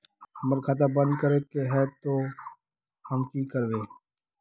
हमर खाता बंद करे के है ते हम की करबे?